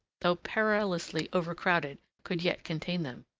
though perilously overcrowded, could yet contain them.